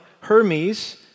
Hermes